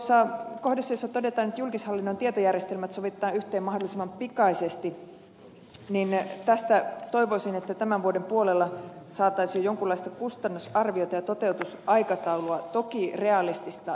tuosta kohdasta jossa todetaan että julkishallinnon tietojärjestelmät sovitetaan yhteen mahdollisimman pikaisesti toivoisin että tämän vuoden puolella saataisiin jo jonkunlaista kustannusarviota ja toteutusaikataulua toki realistista